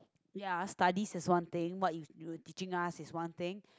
ya studies is one thing what you you teaching us is one thing